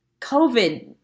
COVID